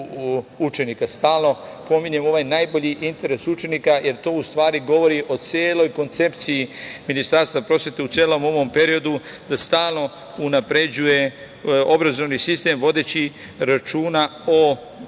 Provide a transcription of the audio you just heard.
učenika. Stalno pominjem ovaj najbolji interes učenika, jer to u stvari govori o celoj koncepciji Ministarstva prosvete, u celom ovom periodu, da stalno unapređuje obrazovni sistem, vodeći računa o